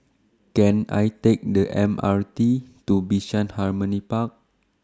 Can I Take The M R T to Bishan Harmony Park